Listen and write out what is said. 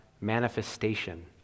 manifestation